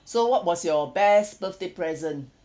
so what was your best birthday present